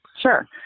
Sure